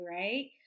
right